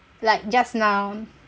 like just now